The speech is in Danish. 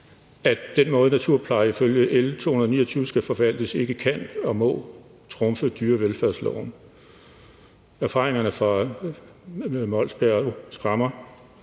at den måde, naturpleje ifølge L 229 skal forvaltes, ikke kan eller må trumfe dyrevelfærdsloven. Erfaringerne fra Mols Bjerge skræmmer,